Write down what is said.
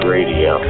Radio